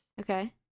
okay